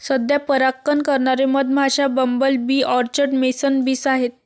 सध्या परागकण करणारे मधमाश्या, bumble bee, orchard mason bees आहेत